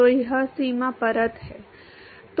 तो वह सीमा परत है